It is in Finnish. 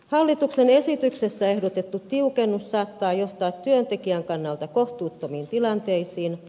hallituksen esityksessä ehdotettu tiukennus saattaa johtaa työntekijän kannalta kohtuuttomiin tilanteisiin